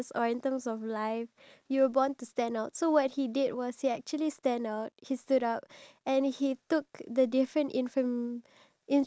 then I I also feel like it's a good way because I just like how amazing it is like in one minute you ac~ can actually portray to us